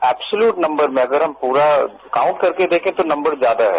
absolute number में अगर हम पूरा काउंट करके देखे तो नंबरज्यादा है